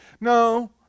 No